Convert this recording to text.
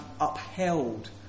upheld